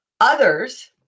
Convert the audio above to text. Others